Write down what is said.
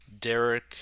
Derek